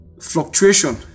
fluctuation